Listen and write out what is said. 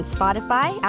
Spotify